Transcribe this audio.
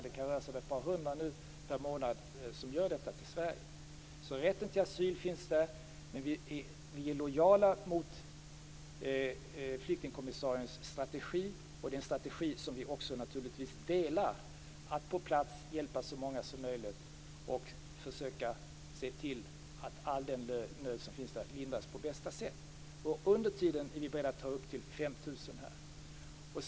Det rör sig nu om ett par hundra per månad för Rätten till asyl finns där, men vi är lojala mot flyktingkommissariens strategi. Det är en strategi som vi naturligtvis också delar uppfattning om. Vi skall på plats hjälpa så många som möjligt och försöka se till att all den nöd som finns där lindras på bästa sätt. Under tiden är vi beredda att ta emot upp till 5 000 flyktingar här.